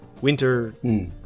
winter